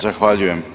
Zahvaljujem.